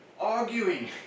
arguing